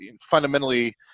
fundamentally